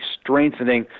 strengthening